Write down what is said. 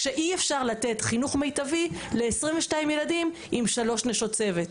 כשאי אפשר לתת חינוך מיטבי ל-22 ילדים עם שלוש נשות צוות,